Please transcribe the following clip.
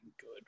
good